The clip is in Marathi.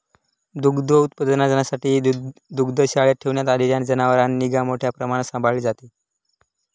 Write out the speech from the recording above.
दुग्धोत्पादनासाठी दुग्धशाळेत ठेवण्यात आलेल्या जनावरांची निगा मोठ्या प्रमाणावर सांभाळली जाते